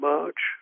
March